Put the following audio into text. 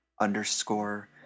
underscore